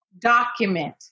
document